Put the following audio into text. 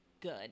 good